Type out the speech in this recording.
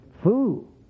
fool